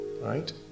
Right